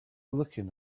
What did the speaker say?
looking